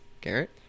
Garrett